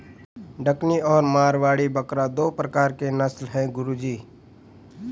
डकनी और मारवाड़ी बकरा दो प्रकार के नस्ल है गुरु जी